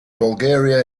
bulgaria